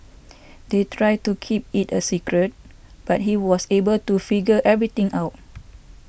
they tried to keep it a secret but he was able to figure everything out